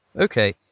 Okay